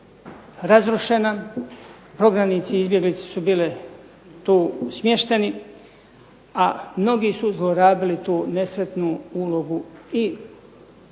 razrušena, prognanici i izbjeglice su bile tu smješteni, a mnogi su zlorabili tu nesretnu ulogu i Hrvatske,